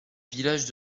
villages